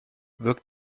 wirkt